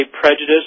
prejudice